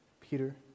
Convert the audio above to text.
Peter